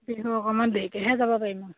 বিহু অকমান দেৰিকৈহে যাব পাৰিম